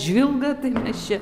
žvilga tai mes čia